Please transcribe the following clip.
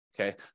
Okay